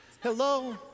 Hello